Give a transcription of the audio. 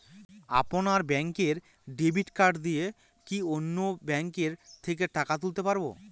আপনার ব্যাংকের debit card দিয়ে কি অন্য ব্যাংকের থেকে টাকা তুলতে পারবো?